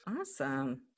Awesome